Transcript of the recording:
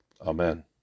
Amen